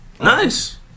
Nice